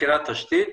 מבחינת תשתית,